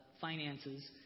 finances